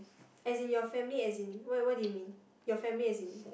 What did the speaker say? as in your family as in what what do you mean your family as in